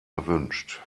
erwünscht